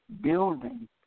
building